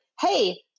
hey